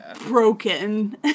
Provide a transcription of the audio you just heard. broken